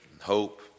hope